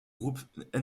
groupe